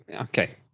Okay